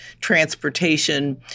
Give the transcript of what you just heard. transportation